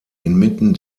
inmitten